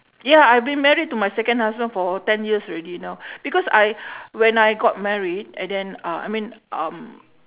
ya I've been married to my second husband for ten years already now because I when I got married and then uh I mean um